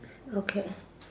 okay